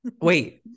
Wait